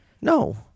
No